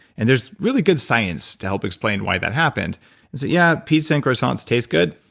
and there's really good science to help explain why that happened. and so yeah, pizza and croissants taste good,